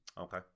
Okay